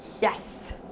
Yes